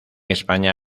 españa